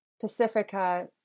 Pacifica